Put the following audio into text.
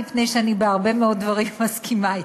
מפני שאני בהרבה מאוד דברים מסכימה אתך,